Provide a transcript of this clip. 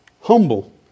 humble